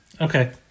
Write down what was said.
Okay